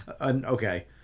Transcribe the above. Okay